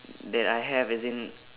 that I have as in